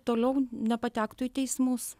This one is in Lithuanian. toliau nepatektų į teismus